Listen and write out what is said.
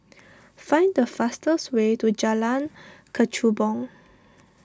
find the fastest way to Jalan Kechubong